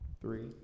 three